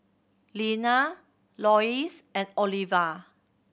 Leana Loyce and Oliva